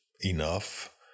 enough